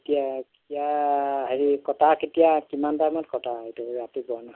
কিয়া কিয়া হেৰি কটা কেতিয়া কিমান টাইমত কটা সেইটো ৰাতিপুৱা ন